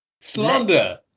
Slander